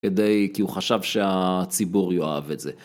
כדי.. כי הוא חשב שהציבור יאהב את זה.